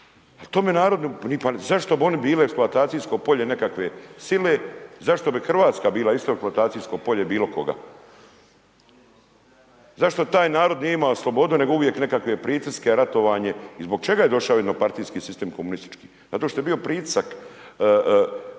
tome narodu, pa zašto bi oni bili eksploatacijsko polje nekakve sile, zašto bi Hrvatska bila isto eksploatacijsko polje bilo koga? Zašto taj narod nije imao slobodu nego uvijek nekakve pritiske, ratovanje i zbog čega je došao jednopartijski sistem komunistički? Zato što je bio pritisak,